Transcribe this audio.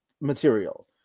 material